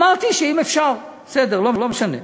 אמרתי שאם אפשר, בסדר, לא משנה.